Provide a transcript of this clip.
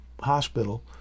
hospital